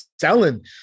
selling